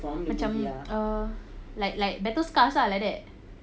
macam err like like those scars lah like that